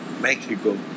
Mexico